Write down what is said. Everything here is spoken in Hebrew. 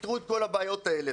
תפתרו את כל הבעיות האלה.